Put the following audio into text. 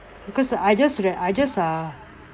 because I just I just ah